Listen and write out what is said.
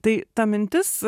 tai ta mintis